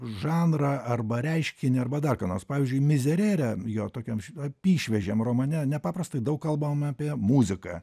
žanrą arba reiškinį arba dar ką nors pavyzdžiui mizerere jo tokiam apyšviežiam romane nepaprastai daug kalbama apie muziką